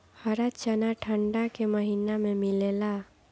हरा चना ठंडा के महिना में मिलेला